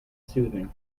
soothing